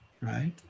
right